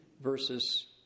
versus